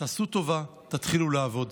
תעשו טובה, תתחילו לעבוד.